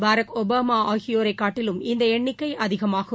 பராக் Obama ஆகியோரை காட்டிலும் இந்த எண்ணிக்கை அதிகமாகும்